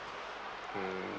mm